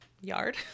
yard